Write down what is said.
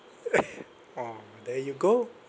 orh there you go